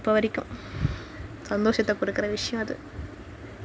இப்போ வரைக்கும் சந்தோசத்தை கொடுக்குற விஷயம் அது